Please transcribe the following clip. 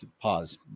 pause